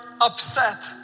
upset